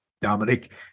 Dominic